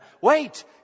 Wait